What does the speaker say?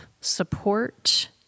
support